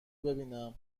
ببینم